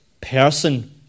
person